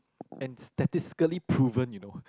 and statistically proven you know